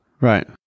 Right